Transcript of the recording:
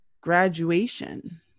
graduation